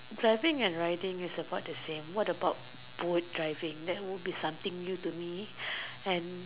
driving and riding is about the same what about boat driving that would be something new to me and